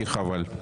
כי חבל.